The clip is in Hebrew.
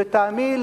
ולטעמי,